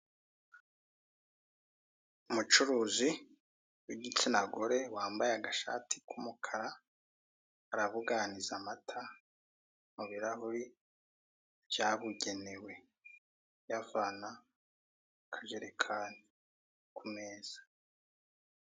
Umucuruzi w'igitsina gore wambaye agashati k'umukara arabuganiza amata mu birahure byabugenewe ayavana mu kajerekani ku meza.